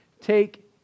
Take